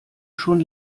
schon